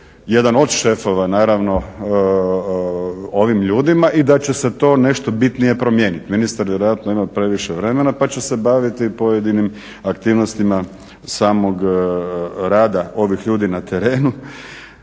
jedan od šefova naravno ovim ljudima i da će se to nešto bitnije promijeniti? Ministar vjerojatno ima previše vremena pa će se baviti i pojedinim aktivnostima samog rada ovih ljudi na terenu.